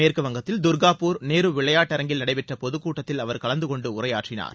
மேற்குவங்கத்தில் தர்காப்பூர் நேரு விளையாட்டரங்கில் நடைபெற்ற பொதுக்கூட்டத்தில் அவர் கலந்துகொண்டு உரையாற்றினார்